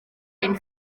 ein